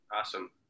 Awesome